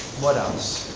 what else?